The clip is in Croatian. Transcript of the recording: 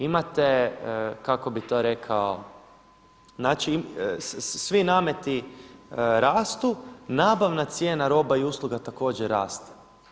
Imate kako bih to rekao, znači svi nameti rastu, nabavna cijena roba i usluga također raste.